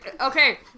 Okay